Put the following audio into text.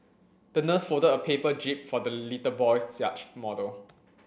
the nurse folded a paper jib for the little boy's yacht model